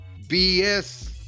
BS